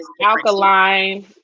alkaline